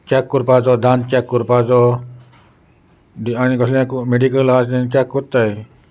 check कोरपाचो दान check कोरपाचो आनी कसले मॅडिकल आज चॅक कोत्ताय